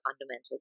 fundamental